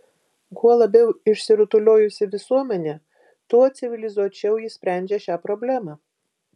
kuo labiau išsirutuliojusi visuomenė tuo civilizuočiau ji sprendžia šią problemą